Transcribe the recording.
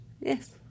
Yes